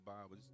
Bible